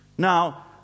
Now